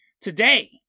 today